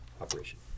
operation